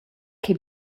che